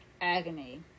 agony